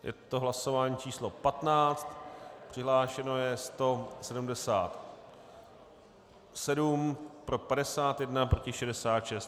Je to hlasování číslo 15, přihlášeno je 177, pro 51, proti 66.